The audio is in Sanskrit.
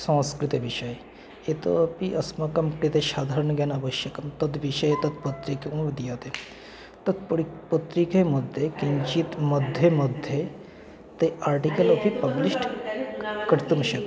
संस्कृतविषये यतोपि अस्माकं कृते साधारणज्ञानम् आवश्यकं तद्विषये तत् पत्रिका दीयते तत् परि पत्रिका मध्ये किञ्चित् मध्ये मध्ये ते आर्टिकल् अपि पब्लिष्ट् कर्तुं शक्यते